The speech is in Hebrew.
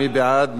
מי נגד?